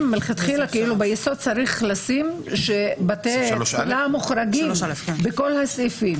צריך שבתי התפילה יהיו מוחרגים בכל הסעיפים.